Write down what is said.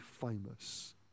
famous